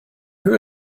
höhe